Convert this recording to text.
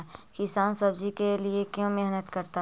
किसान सब्जी के लिए क्यों मेहनत करता है?